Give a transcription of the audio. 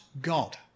God